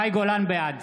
(קורא בשמות חברי הכנסת) מאי גולן, בעד